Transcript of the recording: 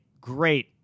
great